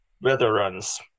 veterans